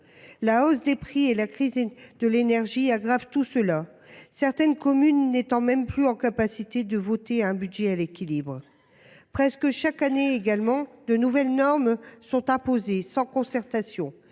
La hausse des prix et la crise de l'énergie aggravent tout cela, certaines communes n'étant même plus capables de voter un budget à l'équilibre. Presque chaque année également, de nouvelles normes sont imposées, sans concertation